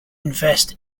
invest